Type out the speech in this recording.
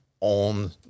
on